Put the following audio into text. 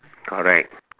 correct